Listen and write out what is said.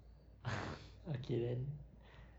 okay then